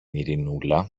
ειρηνούλα